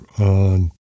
on